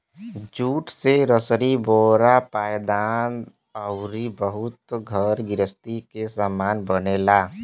jute से रसरी बोरा पायदान अउरी बहुते घर गृहस्ती के सामान बनेला